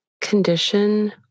condition